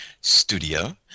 studio